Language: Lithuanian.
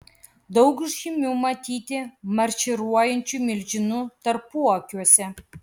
daug žymių matyti marširuojančių milžinų tarpuakiuose